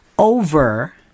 Over